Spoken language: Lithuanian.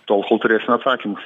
tol kol turėsim atsakymus